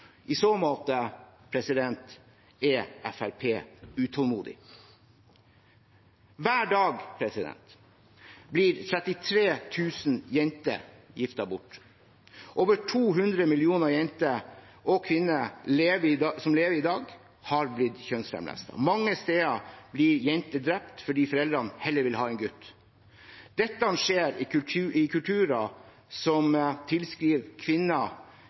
I så måte er Fremskrittspartiet utålmodig. Hver dag blir 33 000 jenter giftet bort. Over 200 millioner jenter og kvinner som lever i dag, har blitt kjønnslemlestet. Mange steder blir jenter drept fordi foreldrene heller vil ha en gutt. Dette skjer i kulturer som tilskriver kvinner